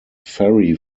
ferry